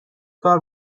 کار